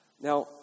Now